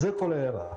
זו כל ההערה.